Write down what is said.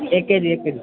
एक केजी एक केजी